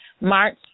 March